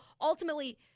ultimately